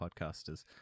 podcasters